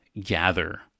gather